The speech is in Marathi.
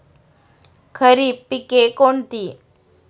खरीप पिके कोणती?